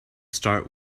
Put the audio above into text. start